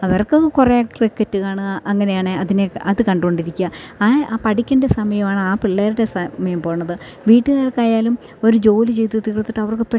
അവർക്ക് കുറേ ക്രിക്കറ്റ് കാണുക അങ്ങനെയാണ് അതിനെ അതു കണ്ടു കൊണ്ടിരിക്കാൻ ആ പഠിക്കേണ്ട സമയമാണാ പിള്ളേരുടെ സമയം പോകണത് വീട്ടുകാർക്കായാലും ഒരു ജോലി ചെയ്തു തീർത്തിട്ടവർക്ക് പെ